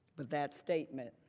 but that statement